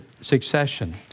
succession